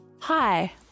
Hi